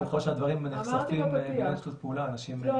וכל שהדברים נחשפים בגלל שיתוף פעולה אנשים כמובן --- לא,